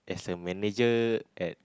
as a manager at